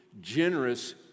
generous